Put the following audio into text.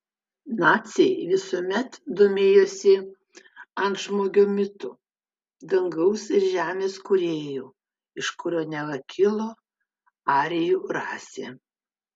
naciai visuomet domėjosi antžmogio mitu dangaus ir žemės kūrėju iš kurio neva kilo arijų rasė